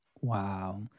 Wow